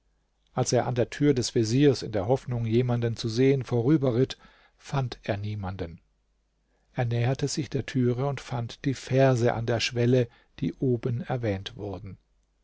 als er an der tür des veziers in der hoffnung jemanden zu sehen vorüberritt fand er niemanden er näherte sich der türe und fand die verse an der schwelle die oben erwähnt worden